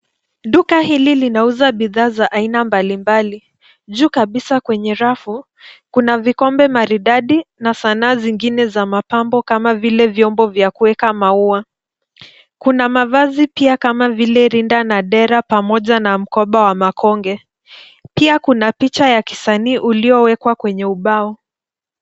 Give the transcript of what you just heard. Duka hili linauza bidhaa za aina mbalimbali. Juu kabisa kwenye rafu, kuna vikombe maridadi na sanaa zingine za mapambo kama vile vyombo vya kuweka maua. Kuna mavazi pia kama vile rinda na dera pamoja na mkoba wa makonge. Pia kuna picha ya kisanii uliowekwa kwenye ubao.